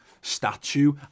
statue